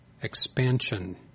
Expansion